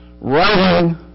writing